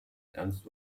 ernst